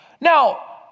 Now